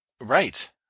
Right